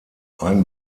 ein